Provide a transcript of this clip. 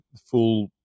full